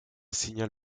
signal